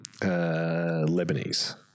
Lebanese